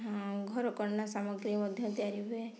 ଆଉ ଘର କରଣା ସାମଗ୍ରୀ ମଧ୍ୟ ତିଆରି ହୁଏ